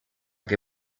que